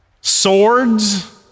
swords